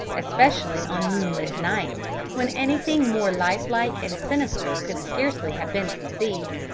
especially on moonlight nights, when anything more lifelike and sinister could scarcely have been conceived.